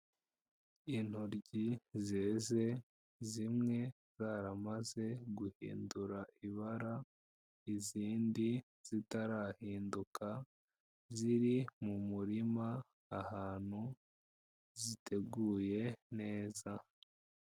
Intoryi zeze zimwe zaramaze guhindura ibara, izindi zitarahinduka, ziri mu murima ahantu ziteguye neza.